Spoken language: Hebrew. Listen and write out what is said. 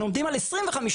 אנחנו עומדים על 25%,